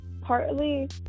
partly